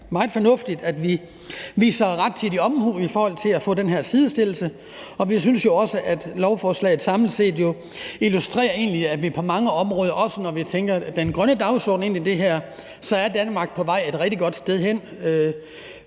meget fornuftigt, at vi udviser rettidig omhu i forhold til at få den her sidestillelse, og vi synes også, at lovforslaget jo egentlig samlet set illustrerer, at vi på mange områder – også når vi tænker den grønne dagsorden ind i det her – er på vej et rigtig godt sted hen